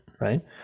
Right